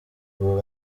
ubu